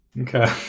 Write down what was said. okay